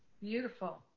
Beautiful